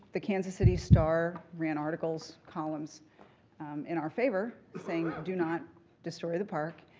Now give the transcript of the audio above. the kansas city star ran articles, columns in our favor saying do not destroy the park,